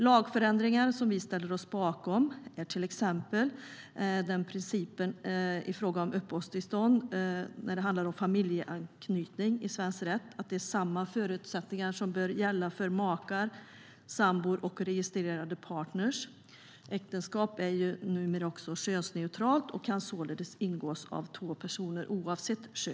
Lagförändringar som vi ställer oss bakom gäller till exempel principen om uppehållstillstånd på grund av familjeanknytning i svensk rätt, där samma förutsättningar bör gälla för makar, sambor och registrerade partner. Äktenskapet är ju numera också könsneutralt och kan således ingås av två personer oavsett kön.